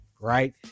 right